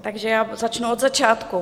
Takže já začnu od začátku.